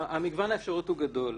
מגוון האפשרויות הוא גדול.